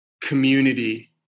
community